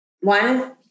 one